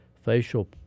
facial